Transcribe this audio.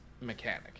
mechanic